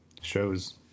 shows